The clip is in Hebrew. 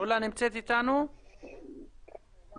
יש לנו כמה